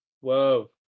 Whoa